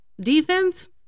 Defense